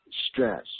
stress